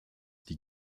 die